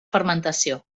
fermentació